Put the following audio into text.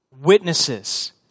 Witnesses